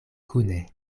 kune